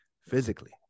physically